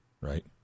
right